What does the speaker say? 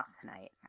tonight